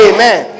Amen